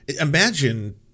imagine